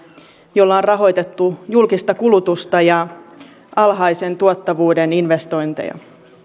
jolla on rahoitettu julkista kulutusta ja alhaisen tuottavuuden investointeja